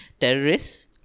terrorists